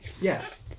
Yes